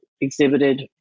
exhibited